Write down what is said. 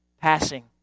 passing